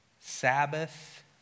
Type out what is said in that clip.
Sabbath